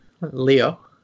leo